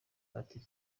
ati